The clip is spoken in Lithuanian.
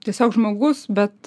tiesiog žmogus bet